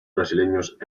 brasileños